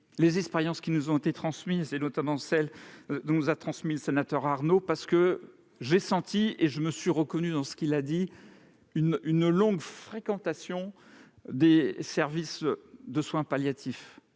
les expériences qui nous ont été transmises, notamment celle du sénateur Arnaud. En effet, j'ai senti, et je me suis reconnu dans ce qu'il a dit, une longue fréquentation des services de soins palliatifs.